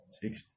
six